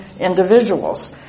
individuals